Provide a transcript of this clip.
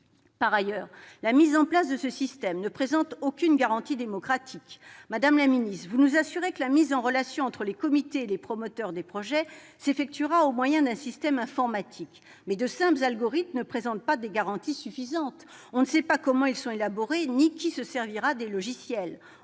Par ailleurs, la mise en place de ce système ne présente aucune garantie démocratique. Mme la ministre des solidarités et de la santé nous a assuré, en commission, que la mise en relation entre les comités et les promoteurs des projets s'effectuerait au moyen d'un système informatique. Mais de simples algorithmes ne présentent pas des garanties suffisantes ! On ne sait pas comment ils sont développés, ni qui s'en servira. Enfin,